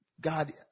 God